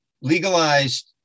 legalized